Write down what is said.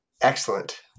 Excellent